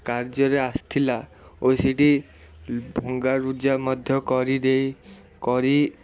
କାର୍ଯ୍ୟରେ ଆସିଥିଲା ଓ ସେଇଠି ଭଙ୍ଗାରୁଜା ମଧ୍ୟ କରିଦେଇ କରି